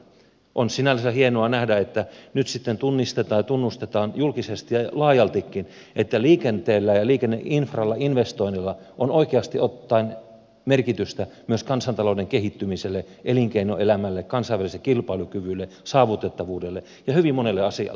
on sinänsä hienoa nähdä että nyt sitten tunnistetaan ja tunnustetaan julkisesti ja laajaltikin että liikenteellä ja liikenneinfralla investoinneilla on oikeasti ottaen merkitystä myös kansantalouden kehittymiselle elinkeinoelämälle kansainväliselle kilpailukyvylle saavutettavuudelle ja hyvin monelle asialle